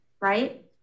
Right